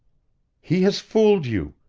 he has fooled you!